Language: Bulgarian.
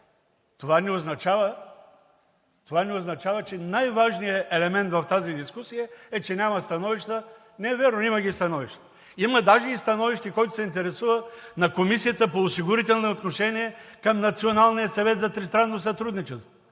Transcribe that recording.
Това не означава, че най-важният елемент в тази дискусия е, че няма становища. Не е вярно – има ги становищата. Има даже и становище, който се интересува, на Комисията по осигурителни отношения към Националния съвет за тристранно сътрудничество!